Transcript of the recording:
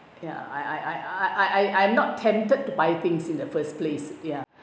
ya I I I am not tempted to buy things in the first place ya